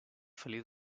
feliu